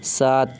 سات